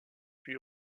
puis